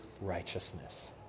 righteousness